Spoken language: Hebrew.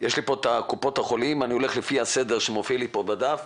את קופות החולים, אני אלך לפי הסדר שמופיע בדף.